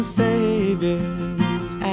saviors